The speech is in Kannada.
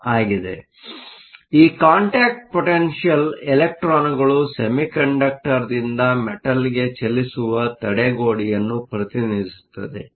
ಆದ್ದರಿಂದ ಈ ಕಾಂಟ್ಯಾಕ್ಟ್ ಪೊಟೆನ್ಷಿಯಲ್Contact potential ಇಲೆಕ್ಟ್ರಾನ್ಗಳು ಸೆಮಿಕಂಡಕ್ಟರ್ ದಿಂದ ಮೆಟಲ್Metalಗೆ ಚಲಿಸುವ ತಡೆಗೋಡೆಯನ್ನು ಪ್ರತಿನಿಧಿಸುತ್ತದೆ